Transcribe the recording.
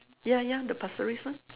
ya ya the pasir ris one